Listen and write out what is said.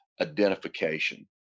identification